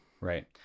right